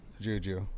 Juju